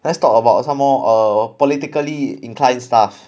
let's talk about some more err politically inclined stuff